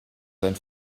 sein